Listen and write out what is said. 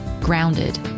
grounded